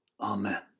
Amen